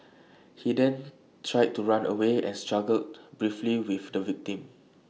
he then tried to run away and struggled briefly with the victim